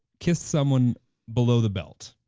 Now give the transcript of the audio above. kiss someone below the belt.